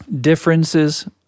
differences